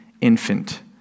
infant